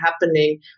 happening